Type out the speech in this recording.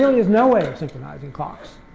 is no way of synthesizing clocks.